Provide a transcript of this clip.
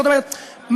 זאת אומרת,